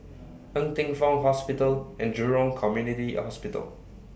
Ng Teng Fong Hospital and Jurong Community Hospital